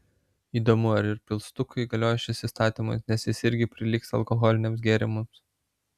įdomu ar ir pilstukui galioja šis įstatymas nes jis irgi prilygsta alkoholiniams gėrimams